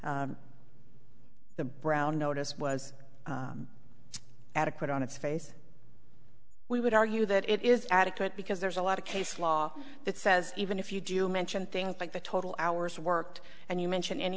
that the brown notice was adequate on its face we would argue that it is adequate because there's a lot of case law that says even if you do mention things like the total hours worked and you mention any